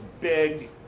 big